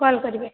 call କରିବେ